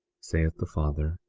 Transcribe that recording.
saith the father,